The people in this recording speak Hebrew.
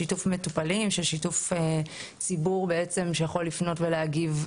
בו קיימת אפשרות של שיתוף מצד מטופלים ומצד ציבור שיכול לפנות ולהגיב.